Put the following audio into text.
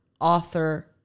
author